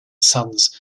sons